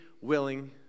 willing